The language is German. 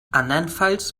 andernfalls